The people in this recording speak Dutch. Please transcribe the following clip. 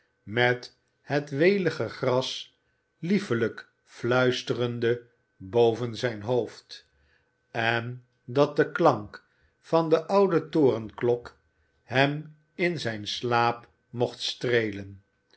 met het welige gras liefelijk fluisterende boven zijn hoofd en dat de klank van de oude torenklok hem in zijn slaap mocht streelen